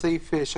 אוקיי.